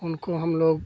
उनको हम लोग